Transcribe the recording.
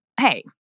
hey